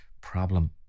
problem